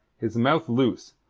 his mouth loose,